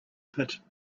pit